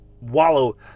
wallow